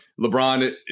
LeBron